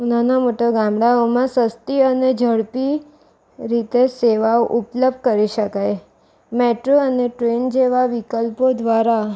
નાના મોટાં ગામડાઓમાં સસ્તી અને ઝડપી રીતે સેવા ઉપલબ્ધ કરી શકાય મેટ્રો અને ટ્રેન જેવા વિકલ્પો દ્વારા